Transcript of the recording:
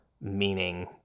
meaning